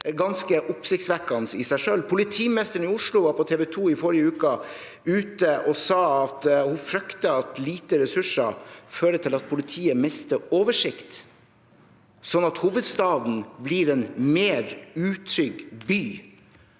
ganske oppsiktsvekkende. Politimesteren i Oslo var på TV 2 i forrige uke og sa at hun frykter at lite ressurser fører til at politiet mister oversikt, sånn at hovedstaden blir en mer utrygg by.